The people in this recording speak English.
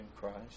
Christ